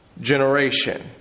generation